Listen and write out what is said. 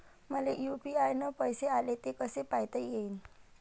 मले यू.पी.आय न पैसे आले, ते कसे पायता येईन?